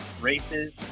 races